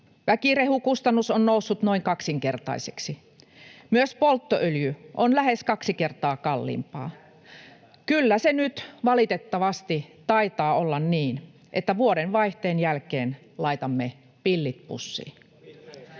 Väkirehukustannus on noussut noin kaksinkertaiseksi. Myös polttoöljy on lähes kaksi kertaa kalliimpaa. Kyllä se nyt valitettavasti taitaa olla niin, että vuodenvaihteen jälkeen laitamme pillit pussiin."